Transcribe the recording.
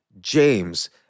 James